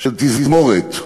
של תזמורת.